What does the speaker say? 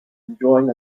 enjoying